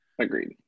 Agreed